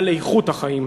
על איכות החיים,